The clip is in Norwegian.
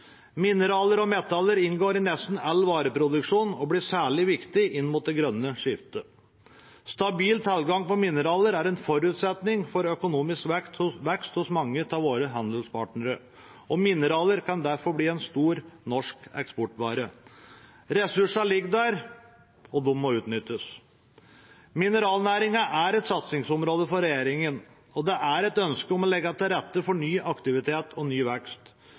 Mineraler og metaller inngår i nesten all vareproduksjon og blir særlig viktig inn mot det grønne skiftet. Stabil tilgang på mineraler er en forutsetning for økonomisk vekst hos mange av våre handelspartnere. Mineraler kan derfor bli en stor norsk eksportvare. Ressursene ligger der, og de må utnyttes. Mineralnæringen er et satsingsområde for regjeringen, og det er et ønske om å legge til rette for ny aktivitet og ny vekst.